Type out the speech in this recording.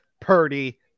Purdy